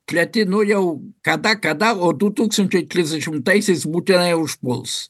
treti nu jau kada kada o du tūkstančiai trisdešimtaisiais būtinai užpuls